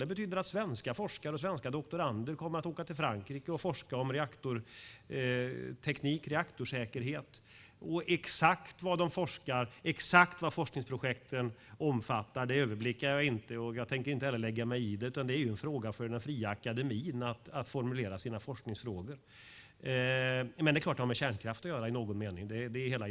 Det betyder att svenska forskare och svenska doktorander kommer att åka till Frankrike och forska om reaktorteknik, reaktorsäkerhet och så vidare. Exakt vad de forskar om och vad forskningsprojekten omfattar överblickar jag inte, och jag tänker inte heller lägga mig i det. Det är en sak för den fria akademin att formulera sina forskningsfrågor. Men det är klart att de har med kärnkraft att göra. Det är ju idén med det hela.